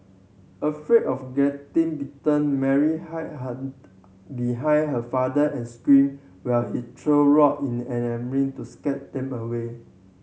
afraid of getting bitten Mary hide behind her father and screamed while he threw rock in an to scare them away